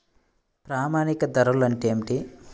ప్రామాణిక ధరలు అంటే ఏమిటీ?